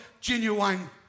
genuine